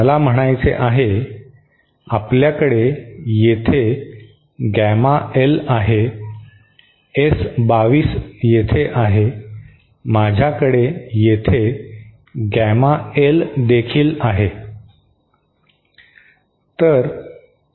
मला म्हणायचे आहे आपल्याकडे येथे गॅमा एल आहे एस 22 येथे आहे माझ्याकडे येथे गॅमा एल देखील आहे